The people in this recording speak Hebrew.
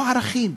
הוא ערכים,